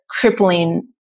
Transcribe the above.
crippling